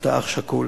אתה אח שכול,